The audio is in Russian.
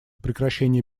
прекращение